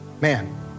man